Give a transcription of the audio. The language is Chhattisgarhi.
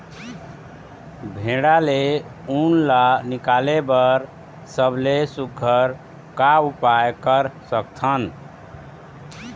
भेड़ा ले उन ला निकाले बर सबले सुघ्घर का उपाय कर सकथन?